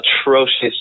atrocious